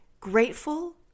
grateful